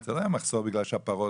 זה לא היה מחסור בגלל שהפרות